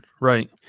right